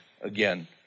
again